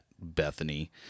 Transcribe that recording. Bethany